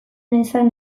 nezan